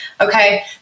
Okay